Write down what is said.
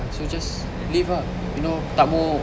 so just live ah you know takmo